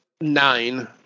nine